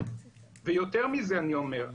ויותר מזה אני אומר,